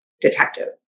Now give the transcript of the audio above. detective